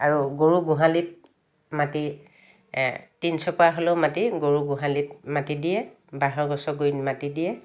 আৰু গৰু গোহালিত মাটি এই তিনচপা হ'লেও মাটি গৰু গোহালিত মাটি দিয়ে বাঁহৰ গছৰ গুৰিত মাটি দিয়ে